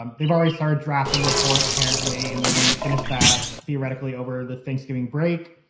um they've already started drafting report, apparently, and they're going to finish that theoretically over the thanksgiving break.